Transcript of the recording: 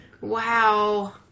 Wow